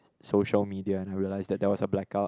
social media and I realise that there was a blackout